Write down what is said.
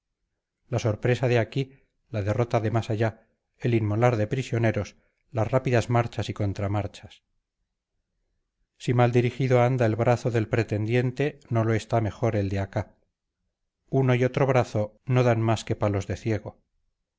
la sorpresa de aquí la derrota de más allá el inmolar de prisioneros las rápidas marchas y contramarchas si mal dirigido anda el brazo del pretendiente no lo está mejor el de acá uno y otro brazo no dan más que palos de ciego